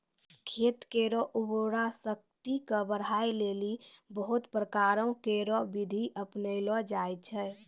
खेत केरो उर्वरा शक्ति क बढ़ाय लेलि बहुत प्रकारो केरो बिधि अपनैलो जाय छै